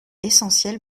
essentiel